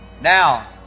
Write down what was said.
Now